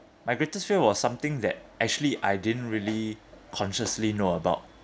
my greatest fear was something that actually I didn't really consciously know about